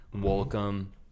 welcome